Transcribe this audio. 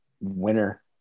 winner